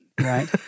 Right